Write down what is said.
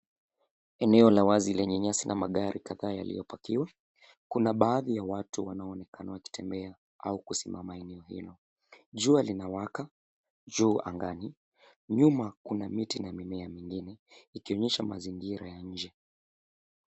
Eneo la wazi lenye nyasi na magari kadhaa yaliyopakiwa. Kuna baadhi ya watu wanaonekana wakitembea au kusimama eneo hilo. Jua linawaka juu angani . Nyuma kuna miti na mimea mingine ikionyesha mazingira ya nje.